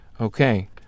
Okay